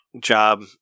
job